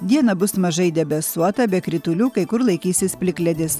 dieną bus mažai debesuota be kritulių kai kur laikysis plikledis